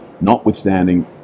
notwithstanding